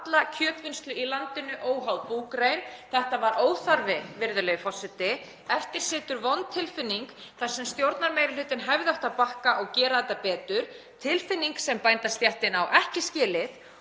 kjötvinnslu í landinu óháð búgrein. Þetta var óþarfi, virðulegi forseti. Eftir situr vond tilfinning þar sem stjórnarmeirihlutinn hefði átt að bakka og gera þetta betur, tilfinning sem bændastéttin á ekki skilið.